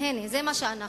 הנה זה מה שאנחנו.